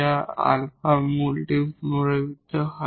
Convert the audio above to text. যার 𝛼 রুটটি রিপিটেড হয়